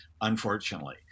unfortunately